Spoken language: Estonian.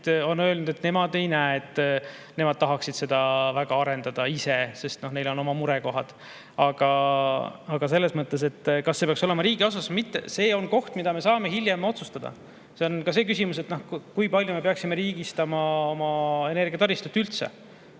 on öelnud, et nemad ei näe, et nad ise tahaksid seda väga arendada, sest neil on oma murekohad. Aga selles mõttes, kas see peaks olema riigi osalus või mitte, seda me saame hiljem otsustada. See on ka see küsimus, et kui palju me peaksime riigistama oma energiataristut üldse.